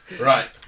Right